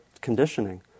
conditioning